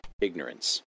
ignorance